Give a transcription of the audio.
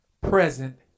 Present